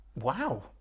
Wow